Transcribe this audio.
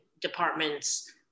department's